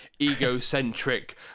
egocentric